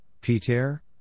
Peter